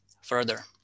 further